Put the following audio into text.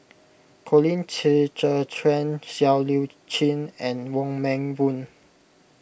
Colin Qi Zhe Quan Siow Lee Chin and Wong Meng Voon